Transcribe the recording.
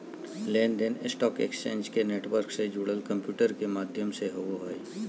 लेन देन stock exchange के network से जुड़ल कंम्प्यूटर के माध्यम से होबो हइ